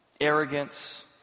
arrogance